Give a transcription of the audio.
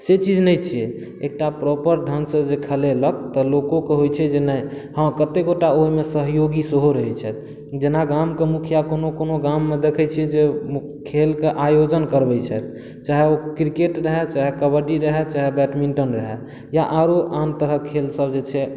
से चीज नहि छियै एकटा प्रॉपर ढङ्गसँ जे खलेलक तऽ लोको कऽ होइत छै कि नहि हँ कते गोटा ओहिमे सहयोगी सेहो रहैत छथि जेना गाम कऽ मुखिआ कओनो कओनो गाममे देखैत छियै जे खेलके आयोजन करबैत छथि चाहे ओ क्रिकेट रहै चाहे कबड्डी रहै चाहे बेटमिन्टन रहै या आरो आन तरहक खेल सभ जे छै